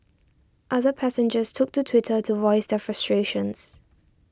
other passengers took to Twitter to voice their frustrations